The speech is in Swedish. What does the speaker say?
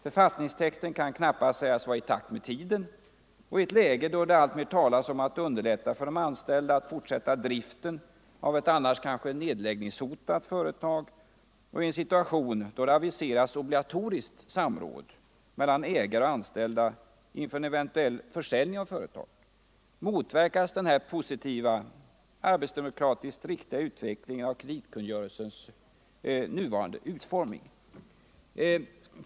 Författningstexten kan knappast sägas vara i takt med tiden. I ett läge då det alltmer talas om att underlätta för de anställda att fortsätta driften av ett annars kanske nedläggningshotat företag och i en situation då det aviserats obligatoriskt samråd mellan ägare och anställda inför en eventuell försäljning av företag motverkas denna positiva, arbetsdemokratiskt riktiga utveckling av kreditkungörelsens nuvarande utformning.